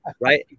right